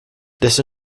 this